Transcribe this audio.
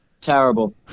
Terrible